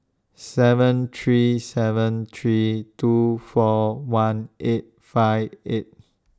seven three seven three two four one eight five eight